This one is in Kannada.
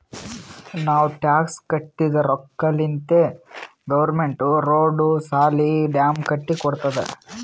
ನಾವ್ ಟ್ಯಾಕ್ಸ್ ಕಟ್ಟಿದ್ ರೊಕ್ಕಾಲಿಂತೆ ಗೌರ್ಮೆಂಟ್ ರೋಡ್, ಸಾಲಿ, ಡ್ಯಾಮ್ ಕಟ್ಟಿ ಕೊಡ್ತುದ್